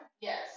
Yes